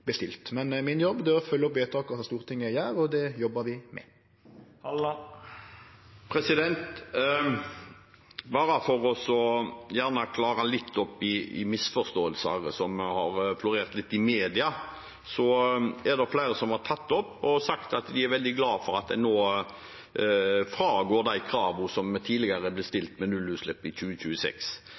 Men min jobb er å følgje opp vedtaka Stortinget gjer, og det jobbar vi med. Bare for å oppklare noen misforståelser som har florert i media: Det er flere som har sagt at de er veldig glad for at en nå går fra de kravene som tidligere ble stilt om nullutslipp i 2026.